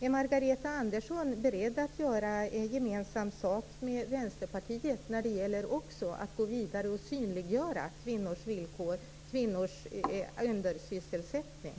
Är Margareta Andersson beredd att göra gemensam sak med Vänsterpartiet när det gäller att också gå vidare och synliggöra kvinnors villkor och kvinnors undersysselsättning.